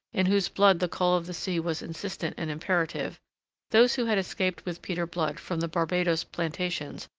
in whose blood the call of the sea was insistent and imperative those who had escaped with peter blood from the barbados plantations,